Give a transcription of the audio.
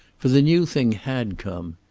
for the new thing had come.